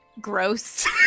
Gross